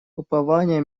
упования